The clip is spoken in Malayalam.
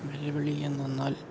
വെല്ലുവിളി എന്തെന്നാൽ